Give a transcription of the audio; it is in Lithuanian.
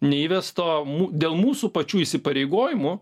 neįvesto mu dėl mūsų pačių įsipareigojimu